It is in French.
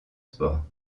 sports